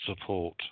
support